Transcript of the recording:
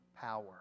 power